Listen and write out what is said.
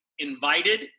Invited